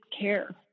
care